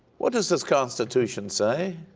what does this constitution say?